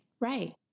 Right